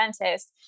dentist